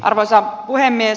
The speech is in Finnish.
arvoisa puhemies